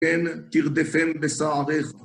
כן, תרדפן בשעריך.